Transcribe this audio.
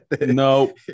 No